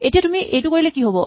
এতিয়া তুমি এইটো কৰিলে কি হ'ব